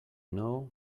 know